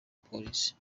polisi